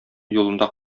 юлында